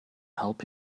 help